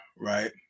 Right